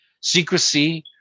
secrecy